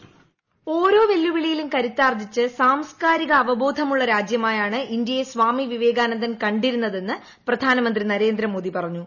voice ഓരോ വെല്ലുവിളിയിലും കരുത്താർജ്ജിച്ച് സാംസ്കാരിക അവബോധമുള്ള രാജ്യമായാണ് ഇന്ത്യയെ സ്വാമി വിവേകാനന്ദൻ കണ്ടിരുന്നതെന്ന് പ്രധാനമന്ത്രി നരേന്ദ്രമോദി പറഞ്ഞു